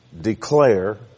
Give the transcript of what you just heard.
declare